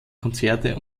konzerte